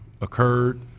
occurred